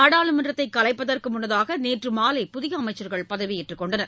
நாடாளுமன்றத்தைக் கலைப்பதற்கு முன்னதாக நேற்று மாலை புதிய அமைச்சர்கள் பதவியேற்றுக் கொண்டனர்